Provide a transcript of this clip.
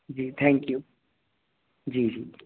ji thank you जी जी